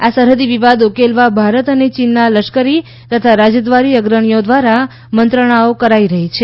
આ સરહદી વિવાદ ઉકેલવા ભારત અને ચીનના લશ્કરી તથા રાજદ્વારી અગ્રણીઓ દ્વારા મંત્રણાઓ કરાઈ રહી છે